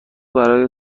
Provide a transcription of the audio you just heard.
برای